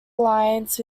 alliance